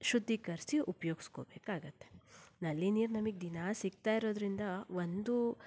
ಶುದ್ದೀಕರಿಸಿ ಉಪಯೋಗ್ಸ್ಕೊ ಬೇಕಾಗುತ್ತೆ ನಲ್ಲಿ ನೀರು ನಮಗೆ ದಿನ ಸಿಗ್ತಾ ಇರೋದರಿಂದ ಒಂದು